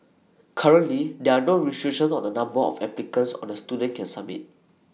currently there are no restrictions on the number of applications on A student can submit